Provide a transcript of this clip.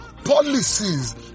Policies